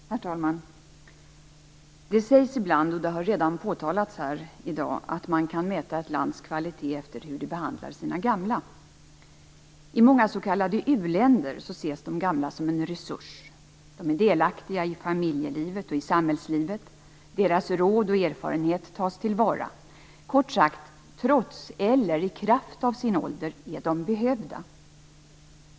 Herr talman! Det sägs ibland, vilket redan har påtalats här i dag, att man kan mäta ett lands kvalitet efter hur det behandlar sina gamla. I många s.k. u-länder ses de gamla som en resurs. De är delaktiga i familjelivet och i samhällslivet. Deras råd och erfarenhet tas till vara. Kort sagt: Trots, eller i kraft av, sin ålder är de behövda.